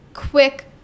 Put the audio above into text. quick